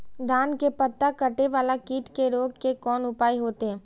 धान के पत्ता कटे वाला कीट के रोक के कोन उपाय होते?